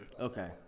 Okay